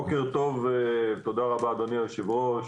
בוקר טוב ותודה רבה, אדוני היושב-ראש.